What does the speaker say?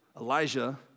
Elijah